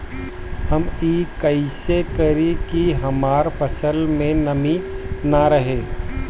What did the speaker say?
हम ई कइसे करी की हमार फसल में नमी ना रहे?